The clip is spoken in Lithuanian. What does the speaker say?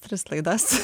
tris laidas